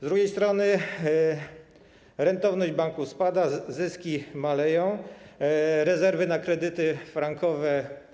Z drugiej strony rentowność banków spada, zyski maleją, rezerwy na kredyty frankowe.